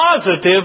positive